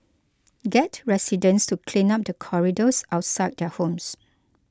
get residents to clean up the corridors outside their homes